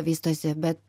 vystosi bet